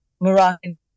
Moroccan